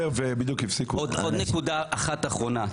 עוד נקודה אחת אחרונה.